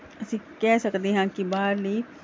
ਅਸੀਂ ਕਹਿ ਸਕਦੇ ਹਾਂ ਕਿ ਬਾਹਰਲੀ